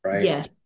yes